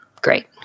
great